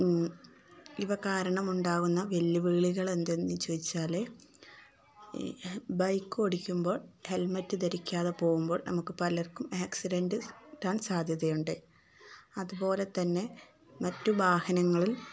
ഇവ കാരണമുണ്ടാവുന്ന വെല്ലുവിളികൾ എന്തെന്നു ചോദിച്ചാല് ബൈക്ക് ഓടിക്കുമ്പോൾ ഹെൽമറ്റ് ധരിക്കാതെ പോകുമ്പോൾ നമുക്ക് പലർക്കും ആക്സിഡന്റ് ഉണ്ടാവാൻ സാധ്യതയുണ്ട് അതുപോലെ തന്നെ മറ്റു വാഹനങ്ങളിൽ